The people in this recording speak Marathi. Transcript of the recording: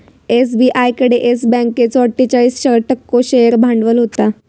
एस.बी.आय कडे येस बँकेचो अट्ठोचाळीस टक्को शेअर भांडवल होता